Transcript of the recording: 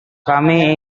kami